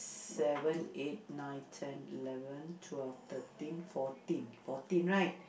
seven eight nine ten eleven twelve thirteen fourteen fourteen right